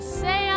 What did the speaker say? say